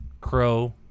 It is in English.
crow